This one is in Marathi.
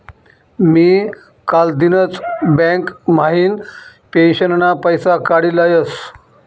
मी कालदिनच बँक म्हाइन पेंशनना पैसा काडी लयस